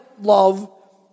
love